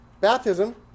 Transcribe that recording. Baptism